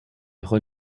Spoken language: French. ron